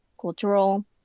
cultural